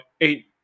eight